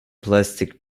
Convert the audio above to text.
plastic